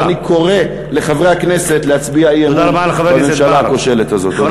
ואני קורא לחברי הכנסת להצביע אי-אמון בממשלה הכושלת הזאת.